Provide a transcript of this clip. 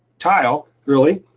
tile really,